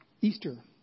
Easter